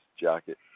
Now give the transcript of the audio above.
jacket